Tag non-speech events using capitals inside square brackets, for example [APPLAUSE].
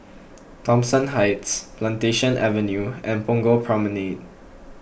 [NOISE] Thomson Heights Plantation Avenue and Punggol Promenade